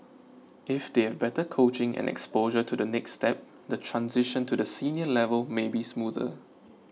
if they a better coaching and exposure to the next step the transition to the senior level may be smoother